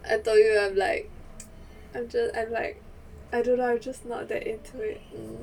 I told you I'm like I'm just I'm like I don't know I'm just not that into it